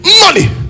money